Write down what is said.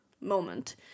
moment